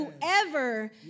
whoever